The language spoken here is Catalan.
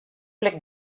plec